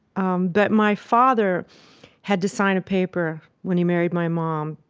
um but my father had to sign a paper when he married my mom,